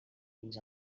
fins